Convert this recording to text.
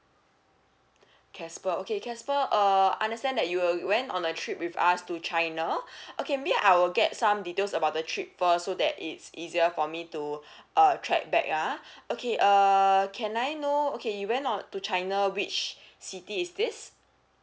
casper okay casper uh understand that you were went on a trip with us to china okay maybe I will get some details about the trip first so that it's easier for me to uh track back ah okay uh can I know okay you went on to china which city is this